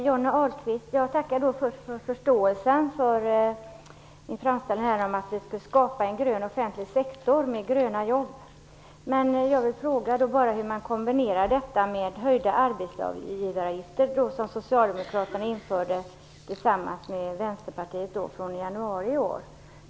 Fru talman! Jag tackar Johnny Ahlqvist för förståelsen för min framställning om att skapa en grön offentlig sektor med gröna jobb. Men jag vill bara fråga hur man kombinerar detta med höjda arbetsgivaravgifter, som Socialdemokraterna införde tillsammans med Vänsterpartiet i januari i år.